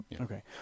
Okay